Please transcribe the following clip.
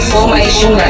Formation